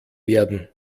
werden